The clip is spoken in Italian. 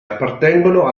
appartengono